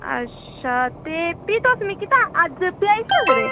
अच्छा ते भी तुस मिकी तां अज्ज पजाई सकदे